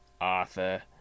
Arthur